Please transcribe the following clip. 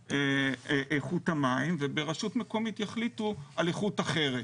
איכות המים וברשות מקומית יחליטו על איכות אחרת.